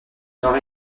nord